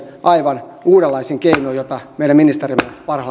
aivan uudenlaisin keinoin joita meidän ministerimme